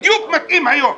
זה בדיוק מתאים היום.